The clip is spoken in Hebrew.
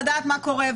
לדעת מה קורה.